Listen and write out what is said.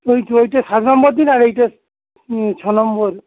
ওই তো ওইটা সাত নম্বর দিন আর এইটা ছ নম্বর